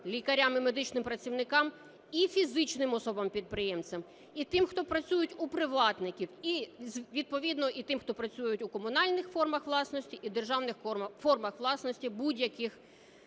лікарям і медичним працівникам, і фізичним особам-підприємцям, і тим, хто працює у приватників, відповідно і тим, хто працює у комунальних формах власності і державних формах власності в будь-яких